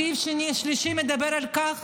הסעיף השלישי מדבר על כך